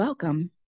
Welcome